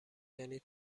یعنی